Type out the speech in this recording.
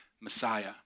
Messiah